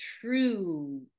true